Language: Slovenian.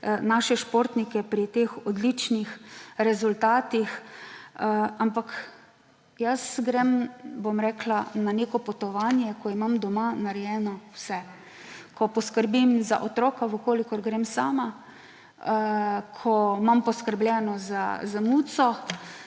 naše športnike pri teh odličnih rezultatih, ampak jaz grem na neko potovanje, ko imam doma narejeno vse. Ko poskrbim za otroka, če grem sama, ko imam poskrbljeno za muco.